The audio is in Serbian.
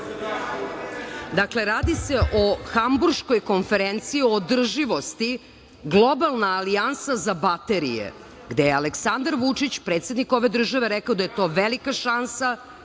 Radi se o Hamburškoj konferenciji o održivosti – Globalna alijansa za baterije, gde je Aleksandar Vučić predsednik ove države rekao da je to velika šansa